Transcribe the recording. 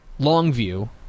Longview